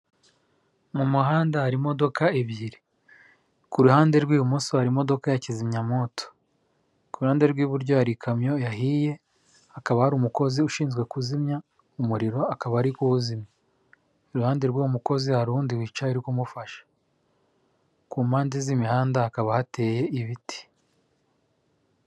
Mu muhanda hari imodoka ebyiri, ku ruhande rw'ibumoso hari imodoka ya kizimyamwoto, ku ruhande rw'iburyo hari ikamyo yahiye akaba hari umukozi ushinzwe kuzimya umuriro akaba ari kuwuzimya, iruhande rw'uwo mukozi hari indi wicaye uri kumufasha, ku mpande z'imihanda hakaba hateye ibiti.